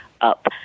up